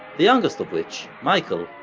the youngest of which, michael,